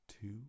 two